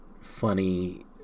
funny